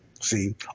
See